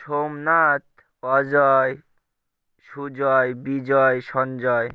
Somnath Ajay Sujay Bijay Sanjay